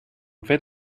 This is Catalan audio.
fet